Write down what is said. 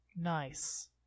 Nice